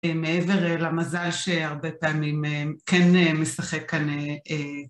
מעבר למזל שהרבה פעמים כן משחק כאן.